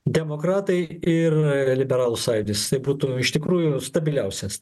demokratai ir liberalų sąjūdis tai būtų iš tikrųjų stabiliausias